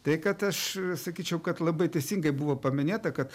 tai kad aš sakyčiau kad labai teisingai buvo paminėta kad